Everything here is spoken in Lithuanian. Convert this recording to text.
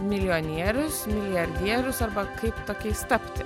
milijonierius milijardierius arba kaip tokiais tapti